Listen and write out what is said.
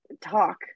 talk